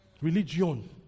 Religion